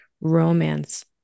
romance